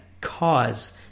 cause